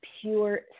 Pure